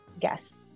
guess